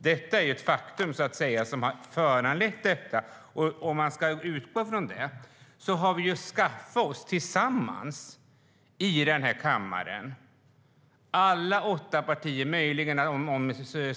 Det är detta faktum som har föranlett det hela. Utifrån detta har vi skaffat oss en gemensam uppfattning i den här kammaren, alla åtta partier tillsammans.